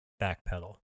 backpedal